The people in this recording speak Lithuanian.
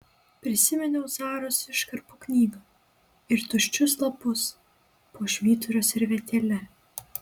prisiminiau zaros iškarpų knygą ir tuščius lapus po švyturio servetėle